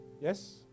Yes